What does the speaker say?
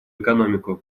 экономику